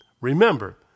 Remember